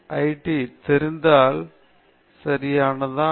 நீங்கள் post it PostIt தெரிந்தால் சரியானதா